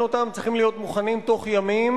אותם צריכים להיות מוכנים בתוך ימים,